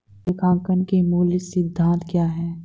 लेखांकन के मूल सिद्धांत क्या हैं?